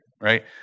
Right